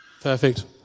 Perfect